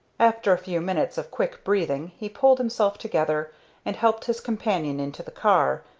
after a few minutes of quick breathing he pulled himself together and helped his companion into the car,